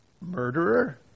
murderer